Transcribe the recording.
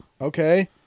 Okay